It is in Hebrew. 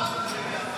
התשפ"ד 2024,